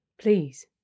Please